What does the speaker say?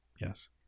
Yes